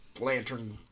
lantern